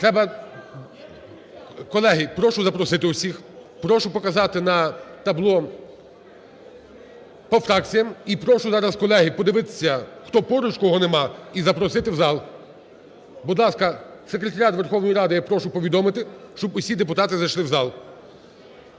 Колеги, прошу запросити всіх. Прошу показати на табло по фракціям. І прошу зараз, колеги, подивитися поруч, кого немає, і запросити в зал. Будь ласка, секретаріат Верховної Ради я прошу повідомити, щоб усі депутати зайшли в зал.